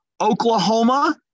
Oklahoma